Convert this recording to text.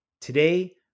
Today